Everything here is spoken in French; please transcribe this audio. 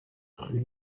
rue